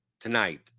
Tonight